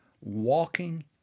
walking